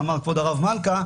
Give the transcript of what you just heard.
שאמר כבוד הרב מלכא,